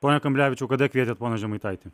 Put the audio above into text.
pone kamblevičiau kada kvietėt poną žemaitaitį